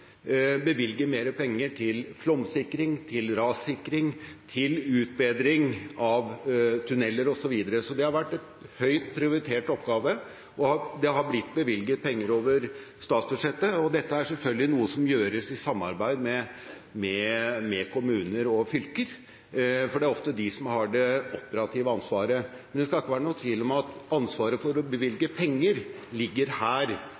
bevilge mer penger til flomsikring, til rassikring, til utbedring av tunneler, osv. Det har vært en høyt prioritert oppgave. Det har blitt bevilget penger over statsbudsjettet, og dette er selvfølgelig noe som gjøres i samarbeid med kommuner og fylker, for det er ofte de som har det operative ansvaret. Men det skal ikke være noen tvil om at ansvaret for å bevilge penger ligger her,